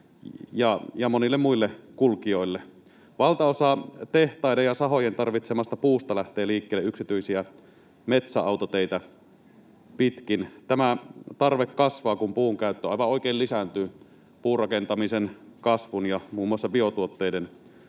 ja monille muille kulkijoille. Valtaosa tehtaiden ja sahojen tarvitsemasta puusta lähtee liikkeelle yksityisiä metsäautoteitä pitkin. Tämä tarve kasvaa, kun puunkäyttö aivan oikein lisääntyy puurakentamisen kasvun ja muun muassa biotuotetehtaiden